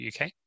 uk